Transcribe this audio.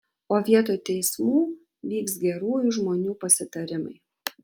o vietoj teismų vyks gerųjų žmonių pasitarimai